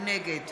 נגד